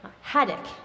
haddock